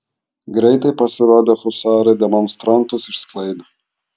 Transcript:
greitai pasirodę husarai demonstrantus išsklaidė